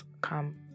come